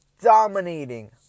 Dominating